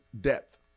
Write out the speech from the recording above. depth